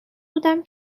بودم